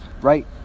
Right